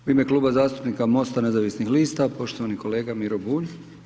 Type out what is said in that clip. U ime Klub zastupnika MOST-a Nezavisnih lista poštovani kolega Miro Bulj.